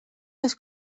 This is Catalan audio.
les